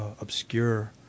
obscure